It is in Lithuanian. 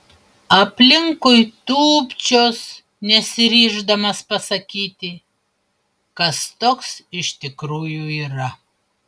aplinkui tūpčios nesiryždamas pasakyti kas toks iš tikrųjų yra